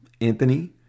Anthony